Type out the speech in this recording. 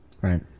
Right